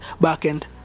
back-end